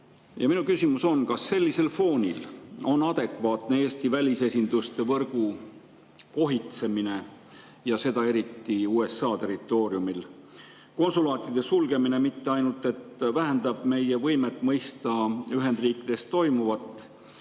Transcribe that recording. Minu küsimus: kas sellisel foonil on adekvaatne Eesti välisesinduste võrgu kohitsemine ja seda eriti USA territooriumil? Konsulaatide sulgemine mitte ainult ei vähenda meie võimet mõista Ühendriikides toimuvat,